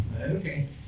okay